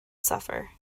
suffer